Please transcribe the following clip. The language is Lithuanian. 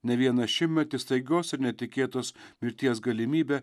ne vieną šimtmetį staigios ir netikėtos mirties galimybė